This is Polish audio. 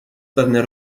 pewne